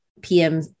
PM